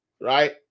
right